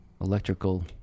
electrical